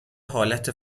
حالت